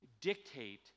dictate